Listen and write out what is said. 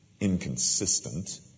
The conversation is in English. inconsistent